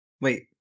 Wait